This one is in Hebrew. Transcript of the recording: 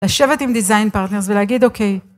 לשבת עם design partners ולהגיד אוקיי.